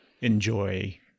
enjoy